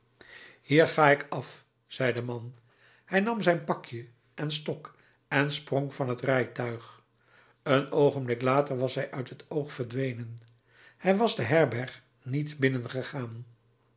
hier ga ik af zei de man hij nam zijn pakje en stok en sprong van het rijtuig een oogenblik later was hij uit het oog verdwenen hij was de herberg niet binnengegaan